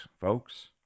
folks